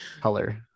color